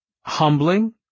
humbling